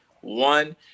One